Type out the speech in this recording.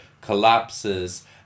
collapses